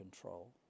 control